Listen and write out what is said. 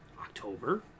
October